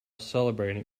celebrating